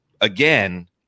again